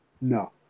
no